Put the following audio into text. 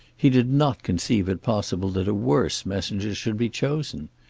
he did not conceive it possible that a worse messenger should be chosen.